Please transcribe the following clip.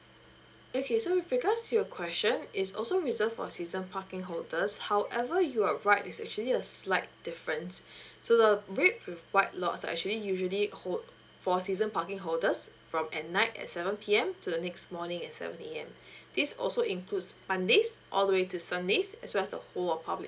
okay so with regards to your question it's also reserved for season parking holders however you are right it's actually a slight difference so the red with white lots are actually usually quote for season parking holders from at night at seven P_M to the next morning at seven A_M this also includes mondays all the way to sundays as well as the whole of public holidays